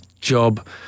job